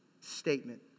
statement